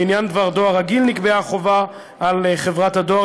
לעניין דבר דואר רגיל נקבעה חובה על חברת הדואר